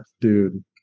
dude